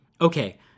Okay